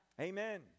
Amen